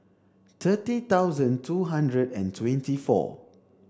thirty thousand two hundred and twenty four